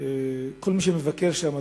כל מי שמבקר שם,